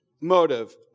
motive